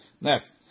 Next